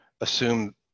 assume